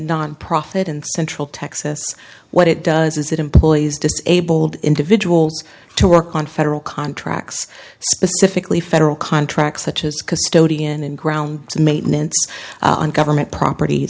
nonprofit in central texas what it does is it employees disabled individuals to work on federal contracts specifically federal contracts such as custodian and grounds maintenance on government property